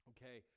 Okay